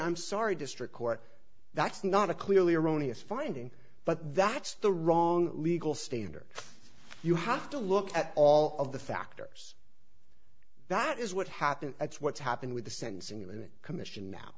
i'm sorry district court that's not a clearly erroneous finding but that's the wrong legal standard you have to look at all of the factors that is what happened that's what's happened with the sentencing unit commission now